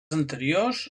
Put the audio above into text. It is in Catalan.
anteriors